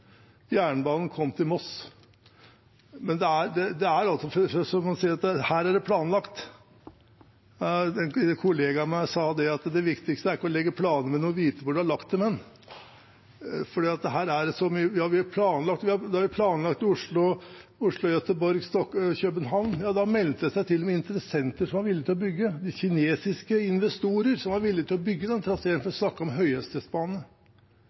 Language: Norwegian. Jernbanen kom til Moss. Det er altså slik, som man sier, at her er det planlagt. En kollega av meg sa til meg at det viktigste er ikke å legge planer, men å vite hvor man har lagt dem. Da vi planla Oslo–Göteborg–København, meldte det seg til og med interessenter som var villige til å bygge. Det var kinesiske investorer som var villige til å bygge den traseen, og som